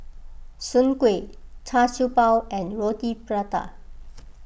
Soon Kueh Char Siew Bao and Roti Prata